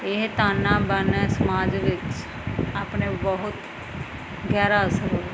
ਇਹ ਤਾਣਾ ਬਾਣਾ ਸਮਾਜ ਵਿੱਚ ਆਪਣੇ ਬਹੁਤ ਗਹਿਰਾ ਅਸਰ ਹੋਇਆ